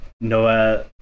Noah